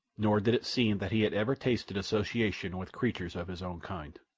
nor did it seem that he had ever tasted association with creatures of his own kind.